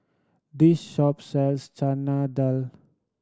this shop sells Chana Dal